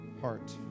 heart